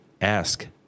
ask